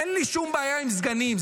אין לי שום בעיה עם סגנים.